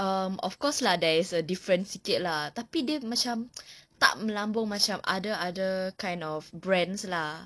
um of course lah there is a different sikit lah tapi dia macam tak melampau macam other other kind of brands lah